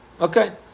Okay